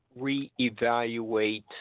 reevaluate